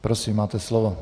Prosím, máte slovo.